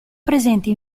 presenti